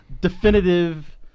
definitive